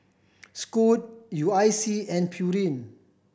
Scoot U I C and Pureen